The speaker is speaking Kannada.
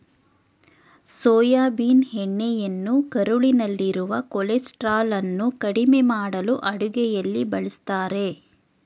ಸೋಯಾಬೀನ್ ಎಣ್ಣೆಯನ್ನು ಕರುಳಿನಲ್ಲಿರುವ ಕೊಲೆಸ್ಟ್ರಾಲನ್ನು ಕಡಿಮೆ ಮಾಡಲು ಅಡುಗೆಯಲ್ಲಿ ಬಳ್ಸತ್ತರೆ